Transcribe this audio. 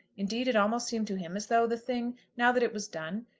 indeed, it almost seemed to him as though the thing, now that it was done,